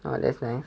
oh that's nice